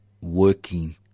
working